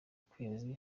kwezi